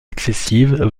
excessive